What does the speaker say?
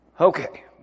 Okay